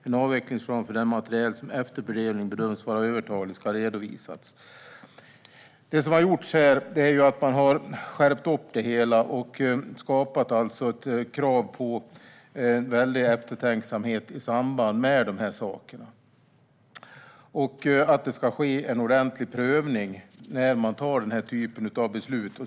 En avvecklingsplan för den materiel som efter fördelning bedöms vara övertalig ska redovisas." Man har skärpt upp det hela och skapat ett krav på eftertänksamhet. Det ska ske en ordentlig prövning när man tar den här sortens beslut.